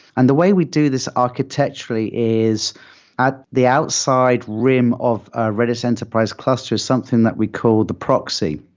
and the way we do this architecturally is at the outside rim of a redis enterprise cluster, something that we call the proxy.